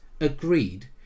agreed